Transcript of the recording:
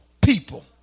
people